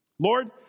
Lord